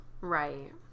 right